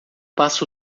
passa